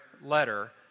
letter